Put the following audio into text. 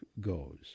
goes